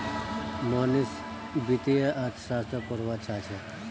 मोहनीश वित्तीय अर्थशास्त्र पढ़वा चाह छ